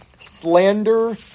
Slander